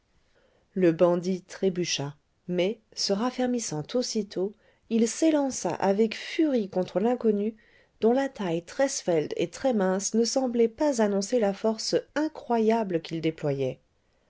le bandit trébucha mais se raffermissant aussitôt il s'élança avec furie contre l'inconnu dont la taille très svelte et très mince ne semblait pas annoncer la force incroyable qu'il déployait